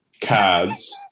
cards